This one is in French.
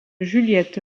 juliette